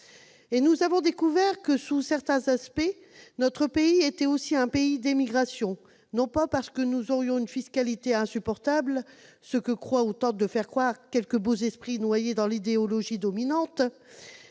Et nous avons découvert que, sous certains aspects, notre pays était aussi un pays d'émigration, non pas parce que nous aurions une fiscalité insupportable, ce que croient ou tentent de faire croire quelques beaux esprits noyés dans l'idéologie dominante,